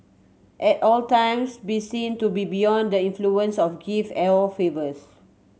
at all times be seen to be beyond the influence of gifts or favours